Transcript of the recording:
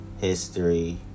history